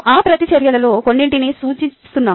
మేము ఆ ప్రతిచర్యలలో కొన్నింటిని సూచిస్తున్నాము